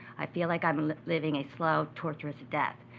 i feel like i'm living a slow, torturous death,